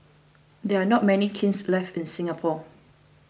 there are not many kilns left in Singapore